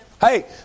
Hey